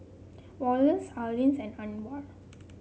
Wallace Arleen and Anwar